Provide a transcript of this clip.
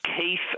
Keith